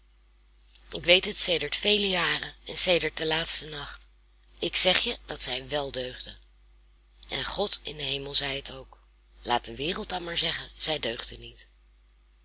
ik weet het sedert vele jaren en sedert den laatsten nacht ik zeg je dat zij wel deugde en god in den hemel zei het ook laat dan de wereld maar zeggen zij deugde niet